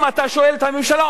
אם אתה שואל את הממשלה,